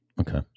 Okay